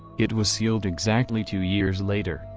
it was sealed exactly two years later,